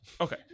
Okay